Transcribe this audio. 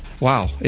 wow